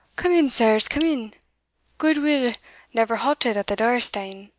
come in, sirs, come in good-will never halted at the door-stane.